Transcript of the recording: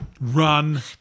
Run